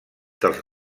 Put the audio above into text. dels